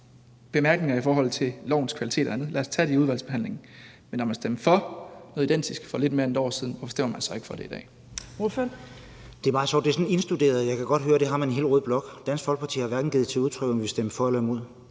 bemærkninger i forhold til kvaliteten i lovforslaget og andet, men lad os tage det i udvalgsbehandlingen. Men når man stemte for noget identisk for lidt mere end et år siden, hvorfor stemmer man så ikke for det i dag?